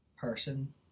person